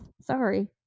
sorry